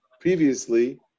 previously